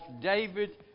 David